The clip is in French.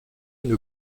une